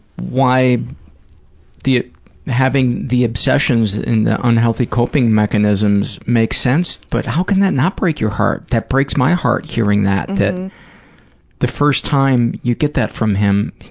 why the having the obsessions and the unhealthy coping mechanisms makes sense, but how can that not break your heart? that breaks my heart, hearing that, that the first time you get that from him,